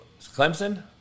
Clemson